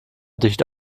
dicht